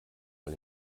mal